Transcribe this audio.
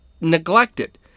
neglected